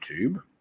YouTube